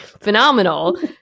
phenomenal